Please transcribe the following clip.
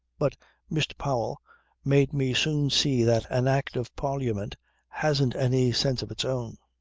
but mr. powell made me soon see that an act of parliament hasn't any sense of its own.